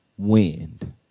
Wind